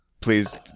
please